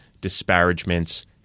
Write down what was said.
disparagements